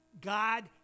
God